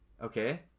okay